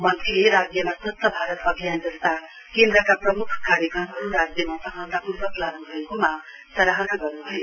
मन्त्रीले राज्यमा स्वच्छ भारत अभियान जस्ता केन्द्रका प्रम्ख कार्यक्रमहरु राज्यमा सफललापूर्व लागू भएकोमा सराहना गर्न्भयो